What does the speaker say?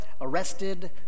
arrested